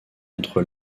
entre